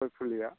गय फुलिया